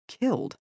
killed